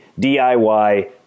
DIY